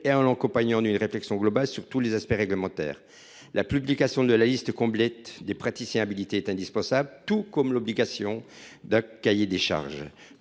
et accompagner celle ci d’une réflexion globale sur tous les aspects réglementaires. La publication de la liste complète des praticiens habilités est indispensable, tout comme l’obligation d’élaborer un cahier des charges.